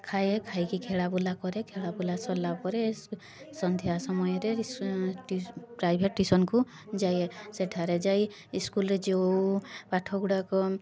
ଖାଏ ଖାଇକି ଖେଳା ବୁଲା କରେ ଖେଳା ବୁଲା ସରିଲା ପରେ ସନ୍ଧ୍ୟା ସମୟରେ ପ୍ରାଇଭେଟ୍ ଟ୍ୟୁସନ୍କୁ ଯାଏ ସେଠାରେ ଯାଇ ସ୍କୁଲ୍ରେ ଯେଉ ପାଠ ଗୁଡ଼ାକ